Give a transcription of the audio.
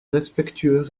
respectueux